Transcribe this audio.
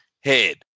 head